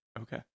Okay